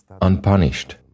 unpunished